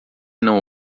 não